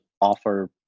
offer